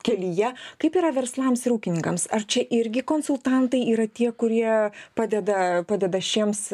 kelyje kaip yra verslams ir ūkininkams ar čia irgi konsultantai yra tie kurie padeda padeda šiems